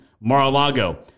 Mar-a-Lago